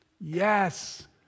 Yes